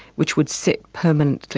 which would sit permanently